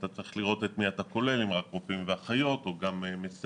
צריך לראות את מי כוללים אם רק רופאים ואחיות או גם מסייעים